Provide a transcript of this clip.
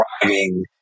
driving